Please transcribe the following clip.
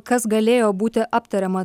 kas galėjo būti aptariama